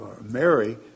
Mary